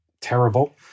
terrible